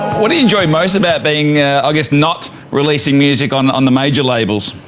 what do you enjoy most about being i guess not releasing music on on the major labels?